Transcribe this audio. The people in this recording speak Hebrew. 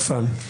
נפל.